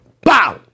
Bow